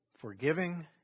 forgiving